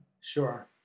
Sure